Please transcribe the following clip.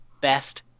best